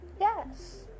yes